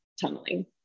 tunneling